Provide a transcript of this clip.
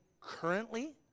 currently